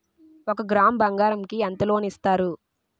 ఒక గ్రాము బంగారం కి ఎంత లోన్ ఇస్తారు?